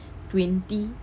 twenty